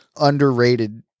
underrated